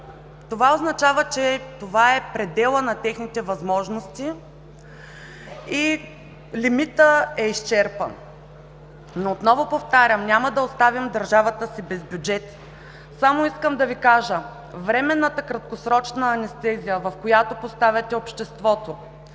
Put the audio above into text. Това означава, че това е пределът на техните възможности и лимитът е изчерпан. Отново повтарям, няма да оставим държавата си без бюджет. Искам само да Ви кажа: временната краткосрочна анестезия, в която поставяте обществото